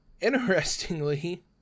interestingly